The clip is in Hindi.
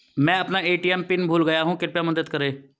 मैं अपना ए.टी.एम पिन भूल गया हूँ कृपया मदद करें